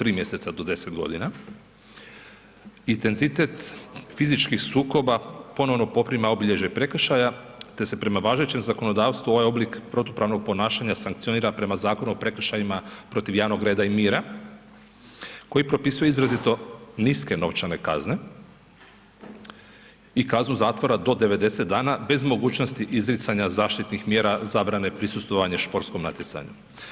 3 mjeseca do 10 godina intenzitet fizičkih sukoba ponovno poprima obilježje prekršaja te se prema važećem zakonodavstvu ovaj oblik protupravnog ponašanja sankcionira prema Zakonu o prekršajima protiv javnog reda i mira koji propisuje izrazito niske novčane kazne i kaznu zatvora do 90 dana bez mogućnosti izricanja zaštitnih mjera zabrane prisustvovanje športskom natjecanju.